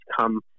come